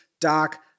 Doc